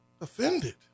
Offended